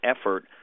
effort